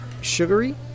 sugary